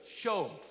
show